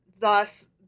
Thus